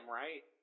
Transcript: right